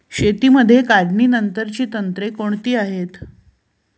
शेतीमध्ये काढणीनंतरची तंत्रे कोणती आहेत?